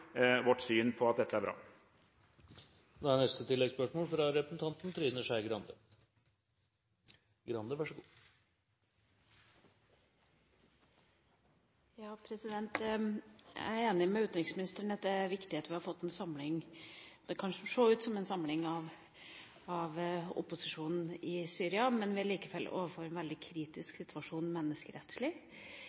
vårt syn på at dette er bra. Trine Skei Grande – til oppfølgingsspørsmål. Jeg er enig med utenriksministeren i at det er viktig at vi har fått en samling – det kan se ut som en samling – av opposisjonen i Syria, men vi står likevel overfor en veldig kritisk situasjon menneskerettslig.